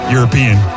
European